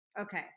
Okay